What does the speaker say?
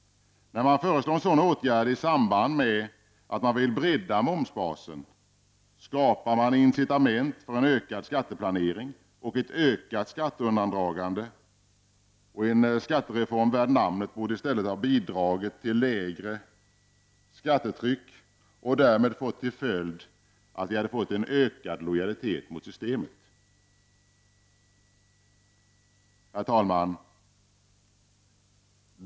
När man föreslår en sådan åtgärd i samband med att man vill bredda momsbasen, skapar man incitament för en ökad skatteplanering och ett ökat skatteundandragande. En skattereform värd namnet borde i stället ha bidragit till lägre skattetryck och därmed ha fått till följd ökad lojalitet mot systemet. Herr talman!